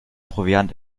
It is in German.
proviant